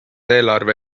eelarve